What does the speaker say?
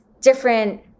different